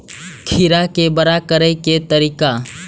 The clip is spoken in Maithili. खीरा के बड़ा करे के तरीका?